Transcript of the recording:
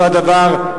אותו הדבר,